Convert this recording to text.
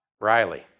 Riley